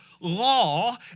law